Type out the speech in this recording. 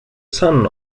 son